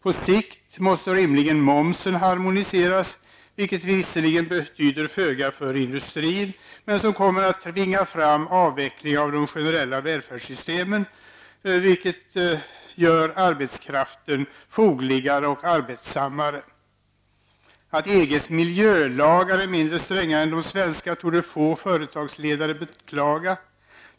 På sikt måste rimligen momsen harmoniseras, vilket visserligen betyder föga för industrin, men som kommer att tvinga fram avveckling av de generella välfärdssystemen, vilket gör arbetskraften fogligare och arbetsammare. Att EGs miljölagar är mindre stränga än de svenska torde få företagsledare beklaga.